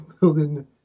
Building